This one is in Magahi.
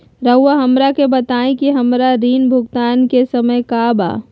रहुआ हमरा के बताइं कि हमरा ऋण भुगतान के समय का बा?